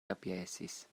kapjesis